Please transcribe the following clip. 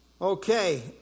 Okay